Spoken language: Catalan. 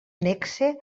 nexe